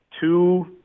two